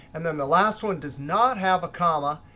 and then the last one does not have a comma,